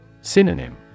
Synonym